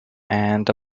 and